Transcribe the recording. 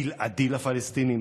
בלעדי לפלסטינים,